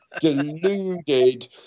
deluded